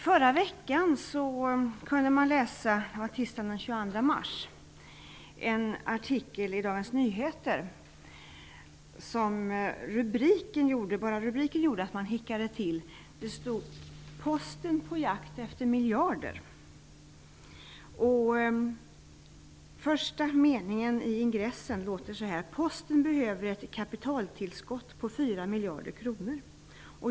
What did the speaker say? Fru talman! I förra veckan, tisdagen den 22 mars, kunde man i Dagens Nyheter läsa en artikel där enbart rubriken gjorde att man hickade till. Där stod: ''Posten på jakt efter miljarder'' De första meningarna i ingressen låter så här: ''Posten behöver ett kapitaltillskott på fyra miljarder kronor.